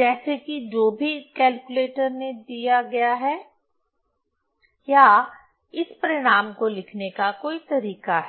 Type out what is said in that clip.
जैसे कि जो भी कैलकुलेटर ने दिया गया है या इस परिणाम को लिखने का कोई तरीका है